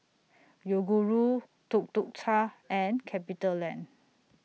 Yoguru Tuk Tuk Cha and CapitaLand